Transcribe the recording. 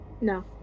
No